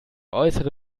äußere